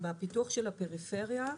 בפיתוח הפריפריה,